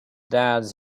dad’s